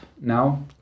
now